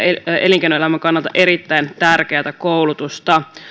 elinkeinoelämän kannalta erittäin tärkeätä koulutusta